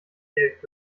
geld